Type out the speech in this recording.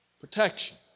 protection